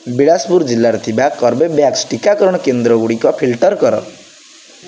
ବିଳାସପୁର ଜିଲ୍ଲାରେ ଥିବା କର୍ବେଭ୍ୟାକ୍ସ ଟିକାକରଣ କେନ୍ଦ୍ରଗୁଡ଼ିକ ଫିଲ୍ଟର କର